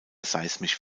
seismisch